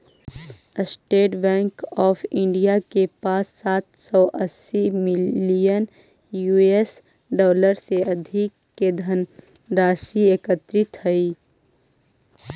state bank of India के पास सात सौ अस्सी बिलियन यूएस डॉलर से अधिक के धनराशि एकत्रित हइ